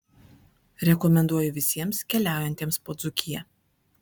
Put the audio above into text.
rekomenduoju visiems keliaujantiems po dzūkiją